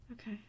Okay